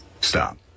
Stop